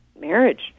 marriage